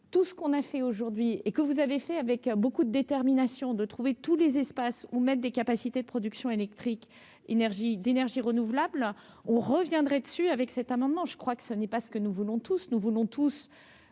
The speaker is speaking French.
tout ce qu'on a fait aujourd'hui et que vous avez fait avec beaucoup de détermination, de trouver tous les espaces ou même des capacités de production électrique énergie d'énergies renouvelables, on reviendrait dessus avec cet amendement, je crois que ce n'est pas ce que nous voulons tous nous voulons tous